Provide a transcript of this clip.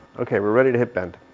okay, we're ready to hit bend.